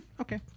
okay